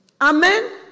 amen